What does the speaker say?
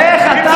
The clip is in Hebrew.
אפשר